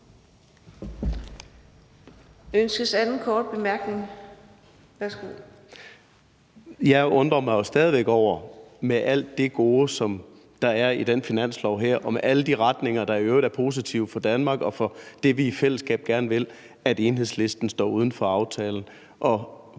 at Enhedslisten med alt det gode, som der er i den finanslov her, og med alle de retninger, der i øvrigt er positive for Danmark og for det, vi i fællesskab gerne vil, står uden for aftalen.